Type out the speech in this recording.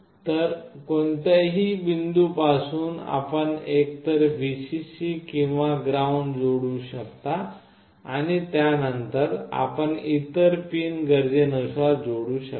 तर कोणत्याही बिंदूपासून आपण एकतर VCC किंवा ग्राउंड जोडू शकता आणि त्यानंतर आपण इतर पिन गरजेनुसार जोडू शकता